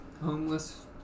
homeless